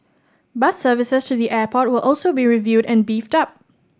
bus services to the airport will also be reviewed and beefed up